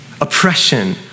oppression